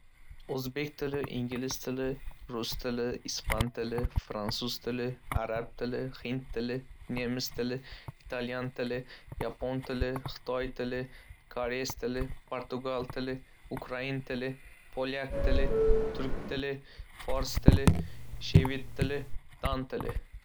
O'zbek tili, ingliz tili, rus tili, ispan tili, fransuz tili, arab tili, hind tili, nemis tili, italyan tili, yapon tili, xitoy tili, koreys tili, portugal tili, ukrain tili, polyak tili, turk tili, fors tili, shved tili, dan tili.